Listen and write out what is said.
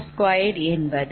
4145